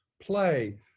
play